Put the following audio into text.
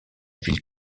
ville